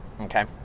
okay